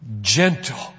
Gentle